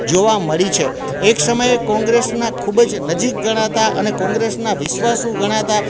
જોવા મળી છે એક સમયે કોંગ્રેસના ખૂબ જ નજીક ગણાતા અને કોંગ્રેસના વિશ્વાસુ ગણાતા